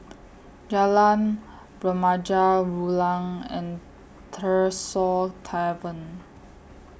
Jalan Remaja Rulang and Tresor Tavern